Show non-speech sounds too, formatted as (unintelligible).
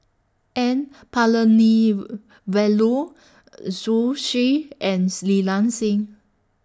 N Palanivelu Zhu Xu (unintelligible) Li Nanxing